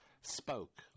spoke